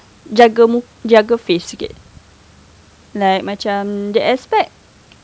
jaga muka jaga face sikit like macam they expect